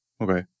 Okay